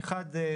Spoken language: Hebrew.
אחד,